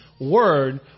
word